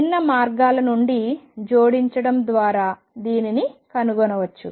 విభిన్న మార్గాల నుండి జోడించడం ద్వారా దీనిని కనుగొనవచ్చు